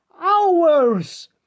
hours